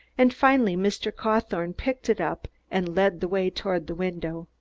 and finally mr. cawthorne picked it up and led the way toward the window.